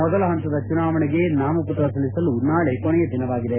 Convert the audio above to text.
ಮೊದಲ ಹಂತದ ಚುನಾವಣೆಗೆ ನಾಮಪತ್ರ ಸಲ್ಲಿಸಲು ನಾಳೆ ಕೊನೆಯ ದಿನವಾಗಿದೆ